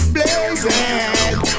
Blazing